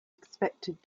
expected